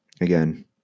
again